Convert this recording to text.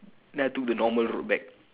then I took the normal road back